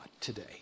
today